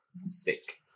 Sick